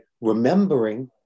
remembering